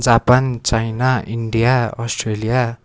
Japan China India Australia